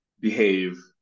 Behave